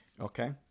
Okay